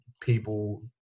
people